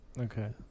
Okay